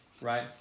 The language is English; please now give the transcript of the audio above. right